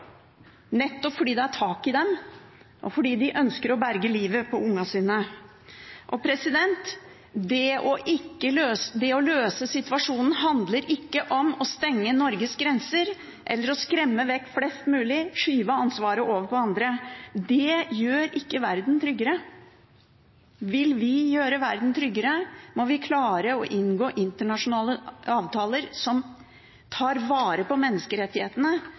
nettopp fordi det er tak i dem, og fordi de ønsker å berge livet til ungene sine. Det å løse situasjonen handler ikke om å stenge Norges grenser eller å skremme vekk flest mulig og skyve ansvaret over på andre. Det gjør ikke verden tryggere. Vil vi gjøre verden tryggere, må vi klare å inngå internasjonale avtaler som tar vare på menneskerettighetene.